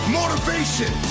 motivation